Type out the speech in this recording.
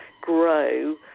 grow